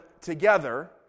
together